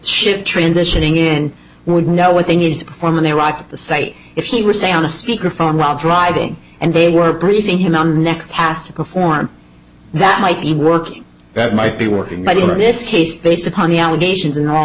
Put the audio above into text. chip transitioning in would know what they need to perform in iraq the say if he were say on a speaker phone while driving and they were briefing him on the next task to perform that might be working that might be working but in this case based upon the allegations and all